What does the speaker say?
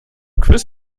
quiz